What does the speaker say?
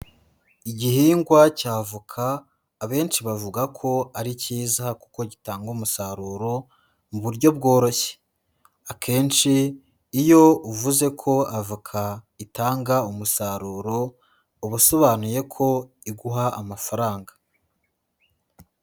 Igihingwa cy'avoka, abenshi bavuga ko ari cyiza kuko gitanga umusaruro mu buryo bworoshye. Akenshi iyo uvuze ko avoka itanga umusaruro, uba usobanuye ko iguha amafaranga.